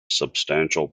substantial